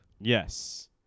Yes